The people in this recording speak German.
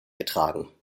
getragen